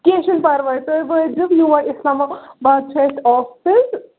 کیٚنٛہہ چھُنہٕ پَرواے تُہۍ وٲتۍ زیو یور اِسلام آباد چھُ اَسہِ آفِس